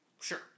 sure